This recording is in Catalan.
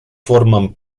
formen